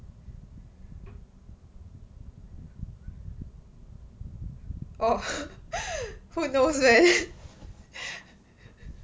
orh who knows man